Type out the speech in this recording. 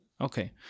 Okay